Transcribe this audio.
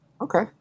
Okay